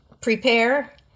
prepare